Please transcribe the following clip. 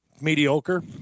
Mediocre